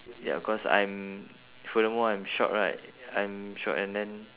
ya cause I'm furthermore I'm short right I'm short and then